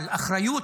אבל אחריות